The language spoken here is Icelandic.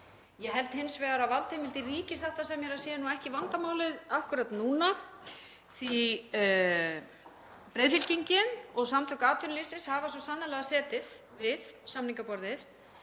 Ég held hins vegar að valdheimildir ríkissáttasemjara séu ekki vandamálið akkúrat núna, því breiðfylkingin og Samtök atvinnulífsins hafa svo sannarlega setið við samningaborðið.